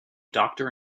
doctor